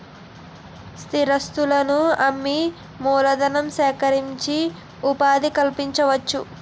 స్థిరాస్తులను అమ్మి మూలధనం సేకరించి ఉపాధి కల్పించవచ్చు